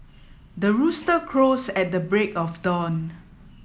the rooster crows at the break of dawn